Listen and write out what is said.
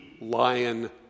lion